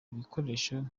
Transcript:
igikoresho